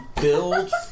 build